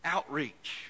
Outreach